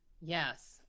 Yes